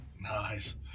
Nice